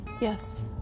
Yes